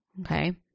Okay